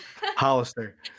Hollister